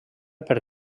per